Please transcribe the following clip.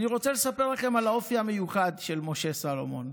אני רוצה לספר לכם על האופי המיוחד של משה סולומון,